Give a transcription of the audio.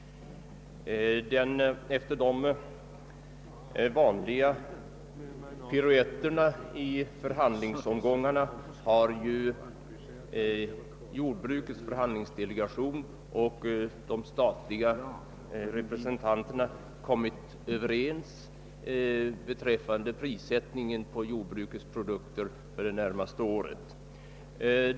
Efter de vanliga piruetterna i förhandlingsomgångarna har jordbrukets förhandlingsdelegation och de statliga representanterna kommit överens beträffande prissättningen på jordbrukets produkter för det närmaste året.